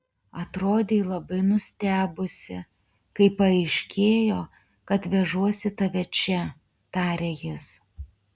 atrodei labai nustebusi kai paaiškėjo kad vežuosi tave čia tarė jis